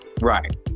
Right